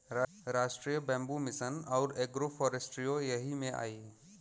राष्ट्रीय bamboo mission आउर agro फ़ोरेस्ट्रीओ यही में आई